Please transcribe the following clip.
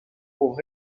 pour